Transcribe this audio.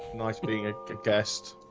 nice being a guest